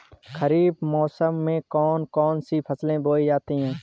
खरीफ मौसम में कौन कौन सी फसलें बोई जाती हैं?